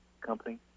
Company